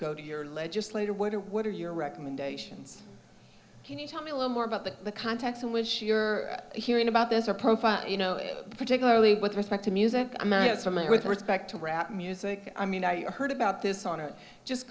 go to your legislator what are what are your recommendations can you tell me a little more about the the context in which you're hearing about this or profile you know particularly with respect to music american swimming with respect to rap music i mean i heard about this song or just